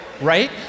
right